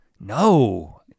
no